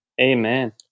Amen